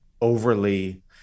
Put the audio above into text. overly